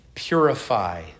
purify